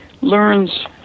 learns